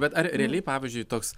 bet ar realiai pavyzdžiui toks